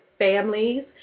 families